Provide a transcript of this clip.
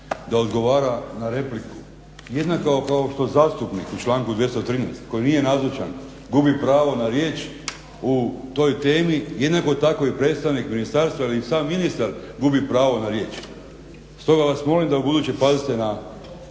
da odgovara na repliku. Jednako kao što zastupniku u članku 213.koji nije nazočan gubi pravo na riječ u toj temi, jednako tako i predstavnik ministarstva ili sam ministar gubi pravo na riječ. Stoga vas molim da ubuduće pazite na